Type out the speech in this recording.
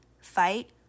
fight